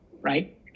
right